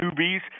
newbies